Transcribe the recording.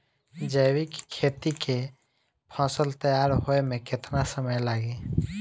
जैविक खेती के फसल तैयार होए मे केतना समय लागी?